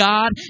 God